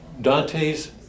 Dante's